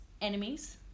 enemies